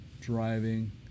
driving